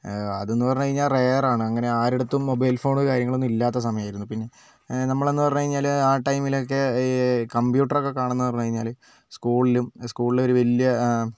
അതെന്ന് പറഞ്ഞുകഴിഞ്ഞാൽ റെയർ ആണ് അങ്ങനെ ആരുടെ അടുത്തും മൊബൈൽ ഫോൺ കാര്യങ്ങളൊക്കെ ഇല്ലാത്ത സമയമായിരുന്നു പിന്നെ നമ്മളെന്ന് പറഞ്ഞുകഴിഞ്ഞാൽ ആ ടൈമിൽ ഒക്കെ ഈ കംപ്യൂട്ടർ ഒക്കെ കാണുന്നത് പറഞ്ഞുകഴിഞ്ഞാൽ സ്കൂളിലും സ്കൂളിലൊരു വലിയ